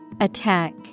Attack